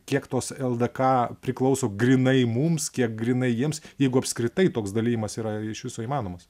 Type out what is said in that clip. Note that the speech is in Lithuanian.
kiek tos ldk priklauso grynai mums kiek grynai jiems jeigu apskritai toks dalijimas yra iš viso įmanomas